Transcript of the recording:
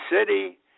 city